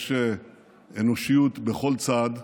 יש אנושיות בכל צד,